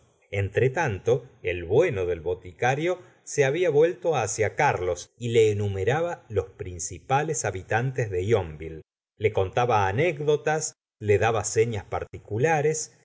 tanto el bueno del boticario se había vuelto hacia carlos y le enumeraba los principales habitantes de yonville le contaba anécdotas le daba señas particulares